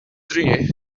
tree